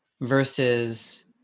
versus